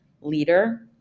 leader